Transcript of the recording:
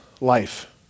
life